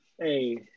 Hey